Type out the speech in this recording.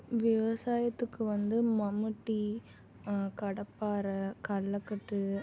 விவசாயத்துக்கு வந்து மம்முட்டி கடப்பாரை களக்கட்டு